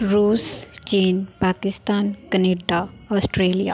ਰੂਸ ਚੀਨ Pakistan Canada Australia